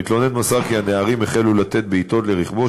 המתלונן מסר כי הנערים החלו לתת בעיטות לרכבו,